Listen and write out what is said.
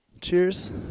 Cheers